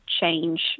change